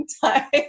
time